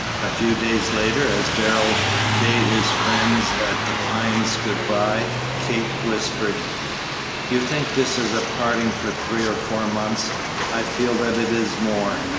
a few days later, as darrell bade his friends at the pines good-by, kate whispered you think this is a parting for three or four months i feel that it is more.